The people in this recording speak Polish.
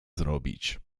zrobić